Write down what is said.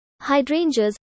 hydrangeas